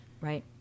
right